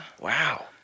Wow